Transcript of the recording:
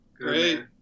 Great